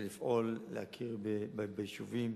מאמצים אדירים כדי להכשיר ולפעול להכיר ביישובים